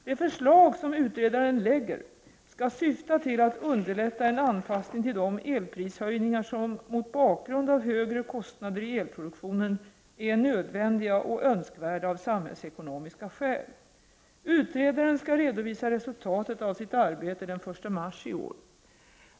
De förslag som utredaren lägger fram skall syfta till att underlätta en anpassning till de elprishöjningar som mot bakgrund av högre kostnader i elproduktionen är nödvändiga och önskvärda av samhällsekonomiska skäl. Utredaren skall redovisa resultatet av sitt arbete den 1 mars i år.